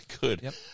good